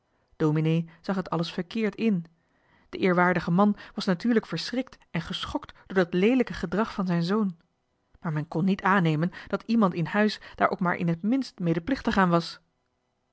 dominee zag het alles verkeerd in de eerwaardige man was natuurlijk verschrikt en geschokt door dat leelijke gedrag van zijn zoon maar men kon niet aannemen dat iemand in huis daar ook maar in het minst medeplichtig aan was